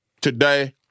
today